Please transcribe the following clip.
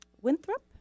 Winthrop